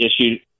issued –